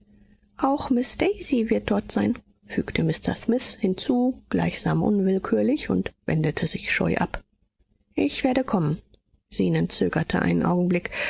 auch miß daisy wird dort sein fügte mr smith hinzu gleichsam unwillkürlich und wendete sich scheu ab ich werde kommen zenon zögerte einen augenblick